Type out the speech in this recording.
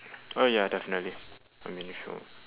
oh ya definitely I mean sure